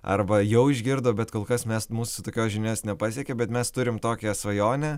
arba jau išgirdo bet kol kas mes mūsų tokios žinios nepasiekė bet mes turim tokią svajonę